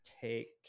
take